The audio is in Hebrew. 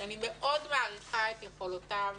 שאני מאוד מעריכה את יכולותיו,